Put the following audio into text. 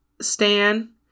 stan